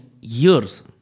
years